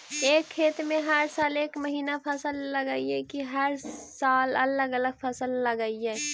एक खेत में हर साल एक महिना फसल लगगियै कि हर साल अलग अलग फसल लगियै?